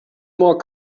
more